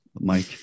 Mike